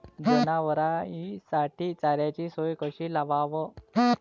जनावराइसाठी चाऱ्याची सोय कशी लावाव?